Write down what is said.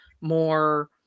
more